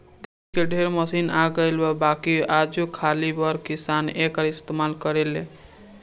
खेती के ढेरे मशीन आ गइल बा बाकिर आजो खाली बड़ किसान एकर इस्तमाल करेले